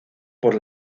por